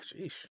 jeez